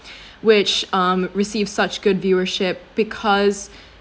which um received such good viewership because